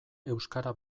euskara